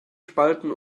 spalten